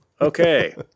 Okay